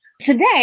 Today